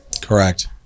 Correct